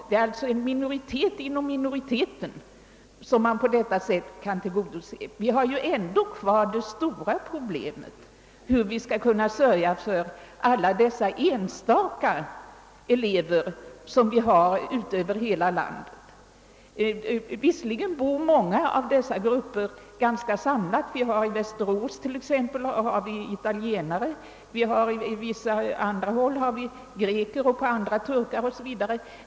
Det är en minoritet inom minoriteten som vi på detta sätt kan tillgodose. Vi har ändå kvar det stora problemet, hur vi skall kunna sörja för alla de enstaka elever som finns över hela landet. Visserligen bor många av dessa grupper ganska samlade — vi har i Västerås italienare, på andra håll greker eller turkar o.s.v.